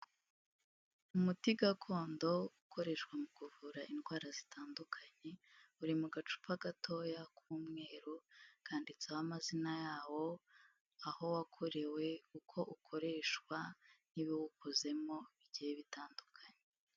Umuti gakondo ukoreshwa mu kuvura indwara zitandukanye uri mu gacupa gatoya k'umweru, kanditseho amazina yawo, aho wakorewe, uko ukoreshwa n'ibiwukozemo bigiye bitandukanye.